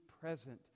present